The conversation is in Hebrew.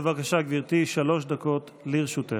בבקשה, גברתי, שלוש דקות לרשותך.